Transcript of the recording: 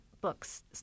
books